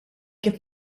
kif